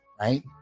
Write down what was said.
right